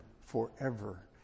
forever